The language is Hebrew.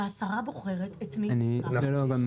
והשרה בוחרת את מי היא רוצה לשלוח.